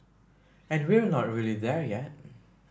and we're not really there yet